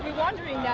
wondering yeah